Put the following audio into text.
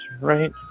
right